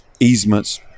Easements